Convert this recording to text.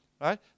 right